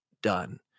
Done